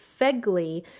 Fegley